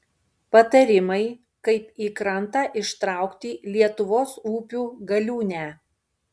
patarimai kaip į krantą ištraukti lietuvos upių galiūnę